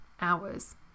hours